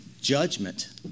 judgment